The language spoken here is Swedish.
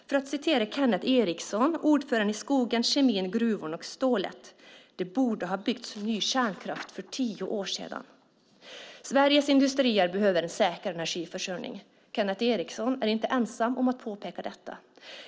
För att citera Kenneth Eriksson, ordförande i Skogen, Kemin, Gruvorna och Stålet: Det borde ha byggts ny kärnkraft redan för tio år sedan. Sveriges industrier behöver en säker energiförsörjning. Kenneth Eriksson är inte ensam om att påpeka detta.